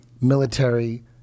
military